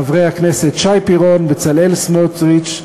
חברי הכנסת שי פירון, בצלאל סמוטריץ,